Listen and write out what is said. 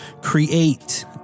create